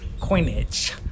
Coinage